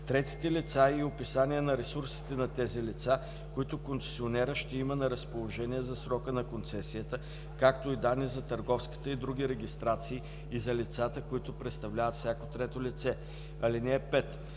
третите лица и описание на ресурсите на тези лица, които концесионерът ще има на разположение за срока на концесията, както и данни за търговската и други регистрации и за лицата, които представляват всяко трето лице. (5)